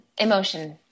emotion